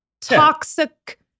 toxic